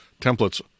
templates